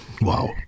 Wow